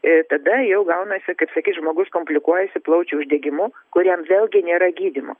tada jau gaunasi kaip sakyt žmogus komplikuojasi plaučių uždegimu kuriam vėlgi nėra gydymo